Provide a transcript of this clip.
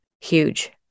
huge